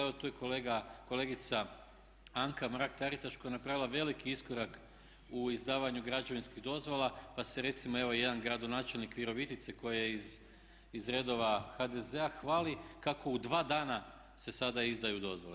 Evo tu je kolegica Anka Mrak Taritaš koja je napravila veliki iskorak u izdavanju građevinskih dozvola, pa se recimo evo i jedan gradonačelnik Virovitice koji je iz redova HDZ-a hvali kako u dva dana se sada izdaju dozvole.